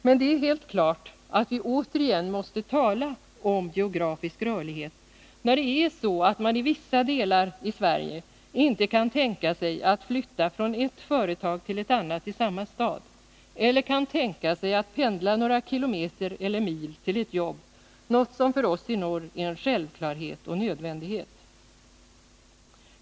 Men det är helt klart att vi återigen måste tala om geografisk rörlighet, när det är så att man i vissa delar av Sverige inte kan tänka sig att flytta från ett företag till ett annat i samma stad eller att pendla några kilometer eller mil till ett jobb, något som för oss i norr är en självklarhet och en nödvändighet.